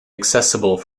accessible